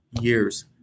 years